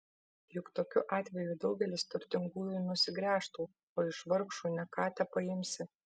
juk tokiu atveju daugelis turtingųjų nusigręžtų o iš vargšų ne ką tepaimsi